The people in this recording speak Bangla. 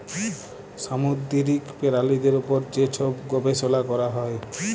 সামুদ্দিরিক পেরালিদের উপর যে ছব গবেষলা ক্যরা হ্যয়